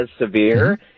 severe